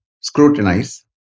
scrutinize